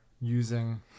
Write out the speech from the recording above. using